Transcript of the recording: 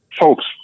Folks